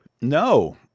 no